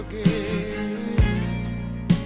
again